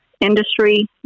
industry